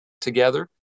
together